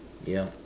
yup